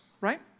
right